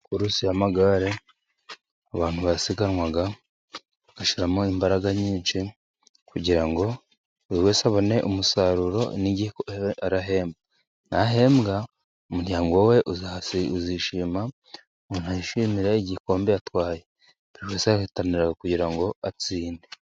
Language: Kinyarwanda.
Kurusi y'amagare, abantu basiganwa bagashyiramo imbaraga nyinshi, kugira ngo buri wese abone umusaruro n'icyo arahembwa. Nahembwa umuryango we uzishima, umuntu yishimire igikombe atwaye. Buri wese ahatanira kugira ngo atsinde.